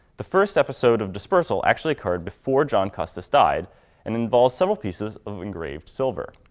the first episode of dispersal actually occurred before john custis died and involves several pieces of engraved silver.